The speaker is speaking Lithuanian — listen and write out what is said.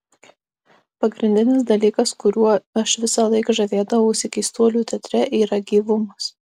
pagrindinis dalykas kuriuo aš visąlaik žavėdavausi keistuolių teatre yra gyvumas